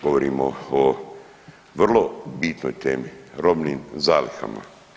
Govorimo o vrlo bitnoj temi robnim zalihama.